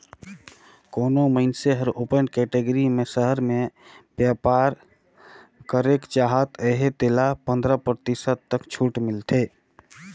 कोनो मइनसे हर ओपन कटेगरी में सहर में बयपार करेक चाहत अहे तेला पंदरा परतिसत तक छूट मिलथे